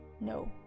no